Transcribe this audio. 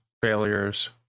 failures